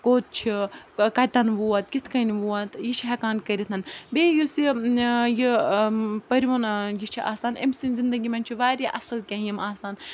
کوٚت چھُ کَتن ووت کِتھ کنۍ ووت یہِ چھِ ہٮ۪کان کٔرِتھ بیٚیہِ یُس یہِ یہِ پٔرۍوُن یہِ چھِ آسان أمۍ سٕنٛدۍ زندگی منٛز چھُ واریاہ اَصٕل کیںٛہہ یِم آسان